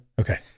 Okay